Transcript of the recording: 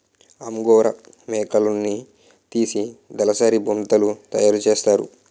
angora మేకలున్నితీసి దలసరి బొంతలు తయారసేస్తారు